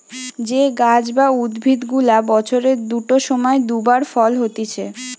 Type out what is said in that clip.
যে গাছ বা উদ্ভিদ গুলা বছরের দুটো সময় দু বার ফল হতিছে